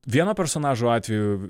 vieno personažo atveju